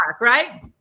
right